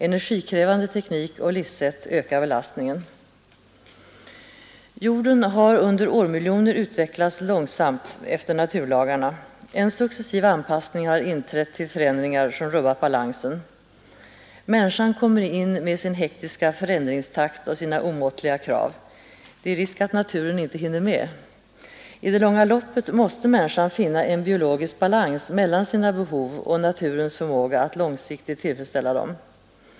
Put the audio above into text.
Energikrävande teknik och livssätt ökar belastningen. Jorden har under årmiljoner utvecklats långsamt efter naturlagarna. En successiv anpassning har inträtt till förändringar som rubbat balansen. Människan kommer in med sin hektiska förändringstakt och sina omåttliga krav. Det är risk att naturen inte hinner med. I det långa loppet måste människan finna en biologisk balans mellan sina behov och naturens förmåga att långsiktigt tillfredsställa dem.